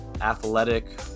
athletic